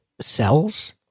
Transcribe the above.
cells